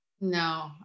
no